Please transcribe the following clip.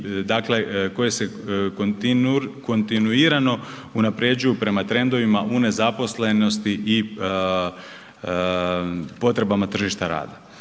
dakle koje se kontinuirano unapređuju prema trendovima u nezaposlenosti i potrebama tržišta rada.